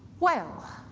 well,